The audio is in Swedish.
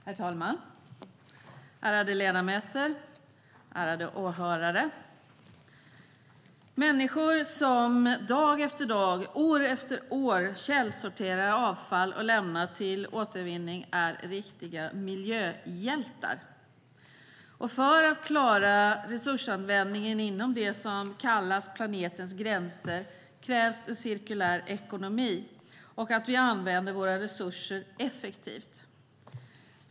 Herr talman, ärade ledamöter, ärade åhörare! Människor som dag efter dag, år efter år källsorterar avfall och lämnar till återvinning är riktiga miljöhjältar. För att klara resursanvändningen inom det som kallas planetens gränser krävs en cirkulär ekonomi och att vi använder våra resurser effektivt.